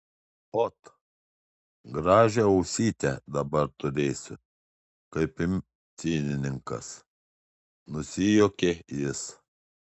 ot gražią ausytę dabar turėsiu kaip imtynininkas nusijuokė jis